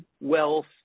wealth